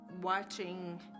Watching